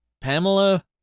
Pamela